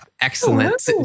excellent